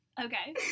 Okay